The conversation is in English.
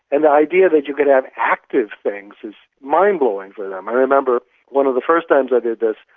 and the idea that you could have active things is mind-blowing for them. i remember one of the first times i did this,